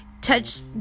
touch